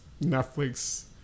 Netflix